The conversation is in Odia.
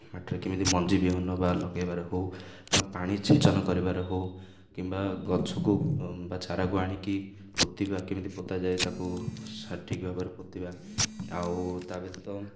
ମାଟିରେ କେମିତି ମଞ୍ଜି ବିହନ ବା ଲଗେଇବାରେ ହଉ କିମ୍ବା ପାଣି ସିଞ୍ଚନ କରିବାର ହଉ କିମ୍ବା ଗଛକୁ ବା ଚାରାକୁ ଆଣିକି ପୋତିବା କେମିତି ପୋତାଯାଏ ତାକୁ ସଠିକ୍ ଭାବରେ ପୋତିବା ଆଉ ତା' ବ୍ୟତୀତ